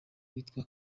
witwa